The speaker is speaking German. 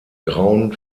grauen